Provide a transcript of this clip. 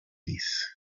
peace